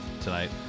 tonight